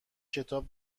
کتاب